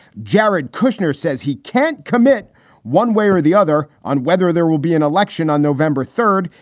jared kushner says he can't commit one way or the other on whether there will be an election on november third.